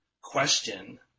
question